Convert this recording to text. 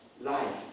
life